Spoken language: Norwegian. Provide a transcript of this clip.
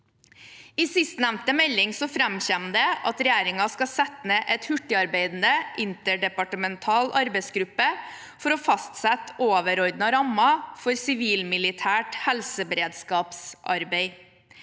I sistnevnte melding framkommer det at regjeringen skal sette ned en hurtigarbeidende interdepartemental arbeidsgruppe for å fastsette overordnede rammer for sivilt-militært helseberedskapsarbeid.